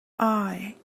eye